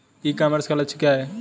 ई commerce का लक्ष्य क्या है?